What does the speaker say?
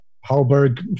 Halberg